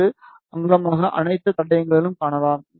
058 அங்குலமாக அனைத்து தடங்களிலும் காணலாம்